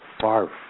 far